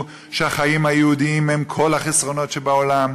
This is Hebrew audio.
שהחיים היהודיים הם כל החסרונות שבעולם.